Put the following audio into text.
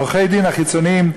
עורכי-הדין החיצוניים,